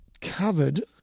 covered